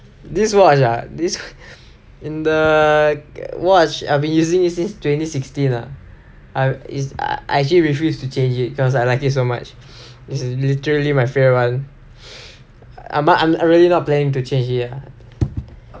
this watch ah this இந்த:intha watch I have been using it since twenty sixteen ah I is I actually refuse to change it because I like it so much it's literally my favourite one ஆமா:aamaa I really not planning to change it ah